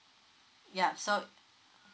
ya so uh